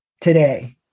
today